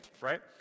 right